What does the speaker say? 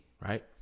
Right